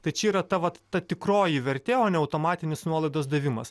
tai čia yra tavo ta tikroji vertė o ne automatinis nuolaidos davimas